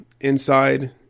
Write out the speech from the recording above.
inside